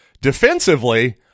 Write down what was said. defensively